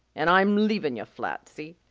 and i'm leavin' yuh flat, see?